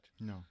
No